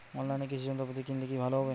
অনলাইনে কৃষি যন্ত্রপাতি কিনলে কি ভালো হবে?